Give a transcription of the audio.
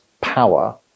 power